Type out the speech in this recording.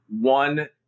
one